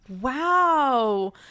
Wow